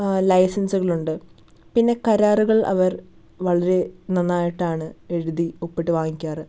ലൈസന്സുകളുണ്ട് പിന്നെ കരാറുകള് അവര് വളരെ നന്നായിട്ടാണ് എഴുതി ഒപ്പിട്ട് വാങ്ങിക്കാറ്